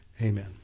Amen